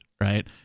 right